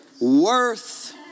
worth